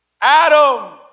Adam